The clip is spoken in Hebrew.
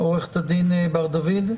עוה"ד בר דוד?